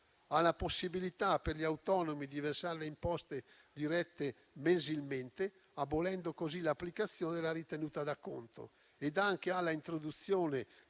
alla possibilità per gli autonomi di versare le imposte dirette mensilmente, abolendo così l'applicazione della ritenuta d'acconto, ed anche all'introduzione